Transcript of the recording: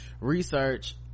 research